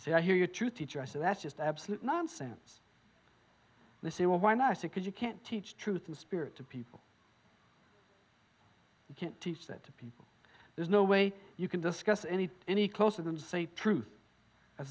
so i hear your true teacher i said that's just absolute nonsense they say well why not it could you can't teach truth in spirit to people you can't teach that to people there's no way you can discuss any any close of them say truth